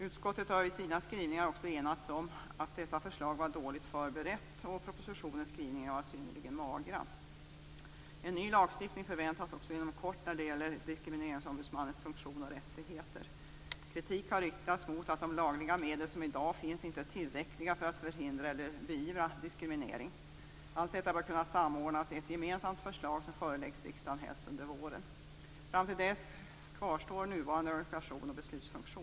Utskottet har i sina skrivningar också enats om att detta förslag var dåligt förberett och att propositionens skrivningar var synnerligen magra. En ny lagstiftning förväntas också inom kort när det gäller diskrimineringsombudsmannens funktion och rättigheter. Kritik har riktats mot att de lagliga medel som i dag finns inte är tillräckliga för att förhindra eller beivra diskriminering. Allt detta bör kunna samordnas i ett gemensamt förslag som föreläggs riksdagen helst under våren. Fram till dess kvarstår nuvarande organisation och beslutsfunktion.